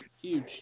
huge